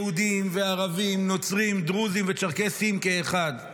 יהודים וערבים, נוצרים, דרוזים וצ'רקסים כאחד.